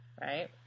Right